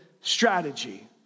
strategy